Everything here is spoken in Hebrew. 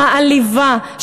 מעליבה,